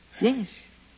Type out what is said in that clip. Yes